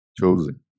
Chosen